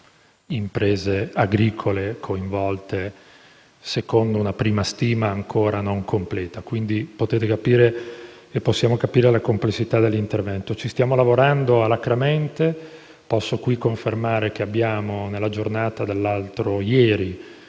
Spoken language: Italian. imprese agricole coinvolte, secondo una prima stima ancora non completa. Si può quindi capire la complessità dell'intervento. Stiamo lavorando alacremente. Posso confermare che nella giornata dell'altro ieri,